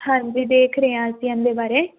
ਹਾਂਜੀ ਦੇਖ ਰਹੇ ਆ ਜੀ ਇਹਦੇ ਬਾਰੇ